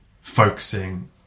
focusing